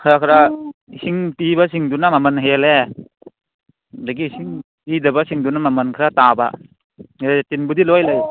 ꯈꯔ ꯈꯔ ꯏꯁꯤꯡ ꯄꯤꯕꯁꯤꯡꯗꯨꯅ ꯃꯃꯜ ꯍꯦꯜꯂꯦ ꯑꯗꯒꯤ ꯏꯁꯤꯡ ꯄꯤꯗꯕꯁꯤꯡꯗꯨꯅ ꯃꯃꯜ ꯈꯔ ꯇꯥꯕ ꯂꯦꯇ꯭ꯔꯤꯟꯕꯨꯗꯤ ꯂꯣꯏ ꯂꯩ